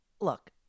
look